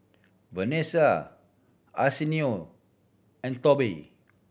Vanessa Arsenio and Tobi